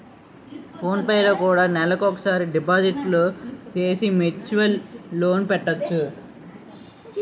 phone పేలో కూడా నెలకోసారి డిపాజిట్లు సేసి మ్యూచువల్ లోన్ పెట్టొచ్చు